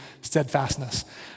steadfastness